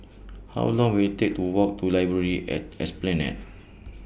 How Long Will IT Take to Walk to Library At Esplanade